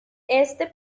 este